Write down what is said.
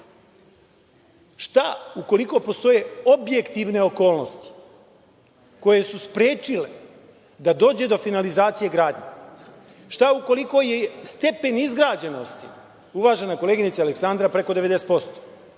šta ukoliko postoje objektivne okolnosti koje su sprečile da dođe do finalizacije gradnje? Šta ukoliko je stepen izgrađenosti, uvažena koleginice Aleksandra, preko 90%?